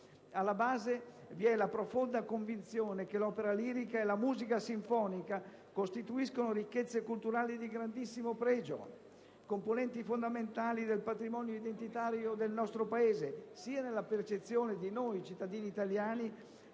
Alla base vi è la profonda convinzione che l'opera lirica e la musica sinfonica costituiscono ricchezze culturali di grandissimo pregio, componenti fondamentali del patrimonio identitario del nostro Paese, sia nella percezione di noi cittadini italiani,